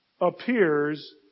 appears